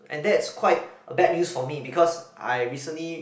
and that's quite a bad news for me because I recently